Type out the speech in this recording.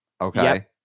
okay